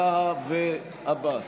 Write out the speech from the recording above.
טאהא ועבאס.